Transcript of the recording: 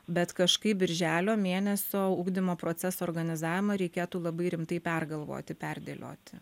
bet kažkaip birželio mėnesio ugdymo proceso organizavimą reikėtų labai rimtai pergalvoti perdėlioti